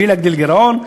בלי להגדיל גירעון.